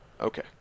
Okay